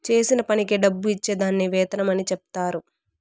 చేసిన పనికి డబ్బు ఇచ్చే దాన్ని వేతనం అని చెప్తారు